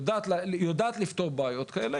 יודעת לפתור בעיות כאלה,